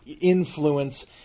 influence